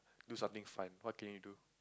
do something fun what can you do